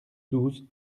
douze